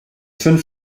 fünf